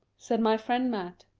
said my friend mat.